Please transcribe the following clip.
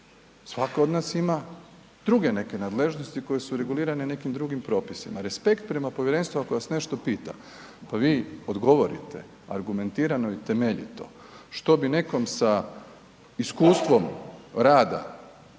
svako od nas ima druge neke nadležnosti koje su regulirane nekim drugim propisima. Respekt prema povjerenstvu ako vas nešto pita, pa vi odgovorite argumentirano i temeljito što bi nekom sa iskustvom rada